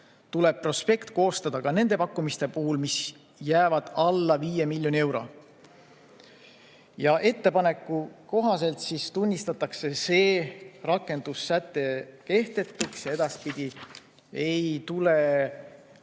tuleb prospekt koostada ka nende pakkumiste puhul, mis jäävad alla 5 miljoni euro. Ettepaneku kohaselt tunnistatakse see rakendussäte kehtetuks ja edaspidi ei tule